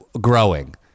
growing